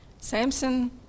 Samson